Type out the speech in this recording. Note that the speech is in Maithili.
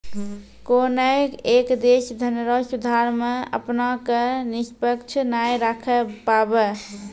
कोनय एक देश धनरो सुधार मे अपना क निष्पक्ष नाय राखै पाबै